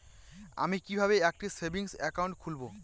আমি কিভাবে একটি সেভিংস অ্যাকাউন্ট খুলব?